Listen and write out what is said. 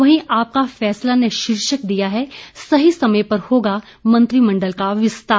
वहीं आपका फैसला ने शीर्षक दिया है सही समय पर होगा मंत्रिमण्डल का विस्तार